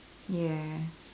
ya